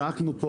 צעקנו,